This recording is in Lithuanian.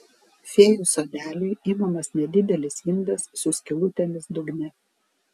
fėjų sodeliui imamas nedidelis indas su skylutėmis dugne